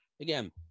again